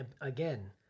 Again